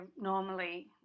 normally